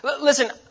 Listen